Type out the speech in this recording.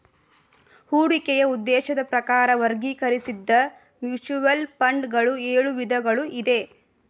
ಹೂಡಿಕೆಯ ಉದ್ದೇಶದ ಪ್ರಕಾರ ವರ್ಗೀಕರಿಸಿದ್ದ ಮ್ಯೂಚುವಲ್ ಫಂಡ್ ಗಳು ಎಳು ವಿಧಗಳು ಇದೆ